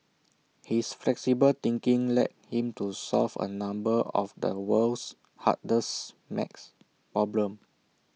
his flexible thinking led him to solve A number of the world's hardest math problems